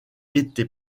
été